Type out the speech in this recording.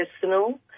personal